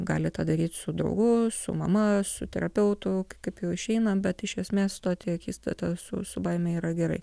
galit tą daryt su draugu su mama su terapeutu kaip jau išeina bet iš esmės stoti į akistatą su su baime yra gerai